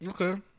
Okay